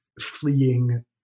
fleeing